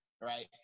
right